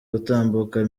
gutambuka